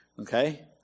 Okay